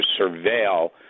surveil